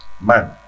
Man